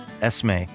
Esme